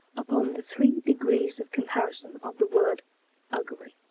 upon the three degrees of comparison of the word ugly.